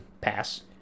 Pass